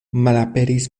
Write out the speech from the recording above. malaperis